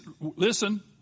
listen